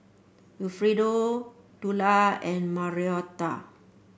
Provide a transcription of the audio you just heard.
Wilfredo Tula and Marietta